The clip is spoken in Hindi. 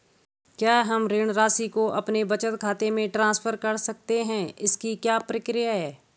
क्या हम ऋण राशि को अपने बचत खाते में ट्रांसफर कर सकते हैं इसकी क्या प्रक्रिया है?